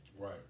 Right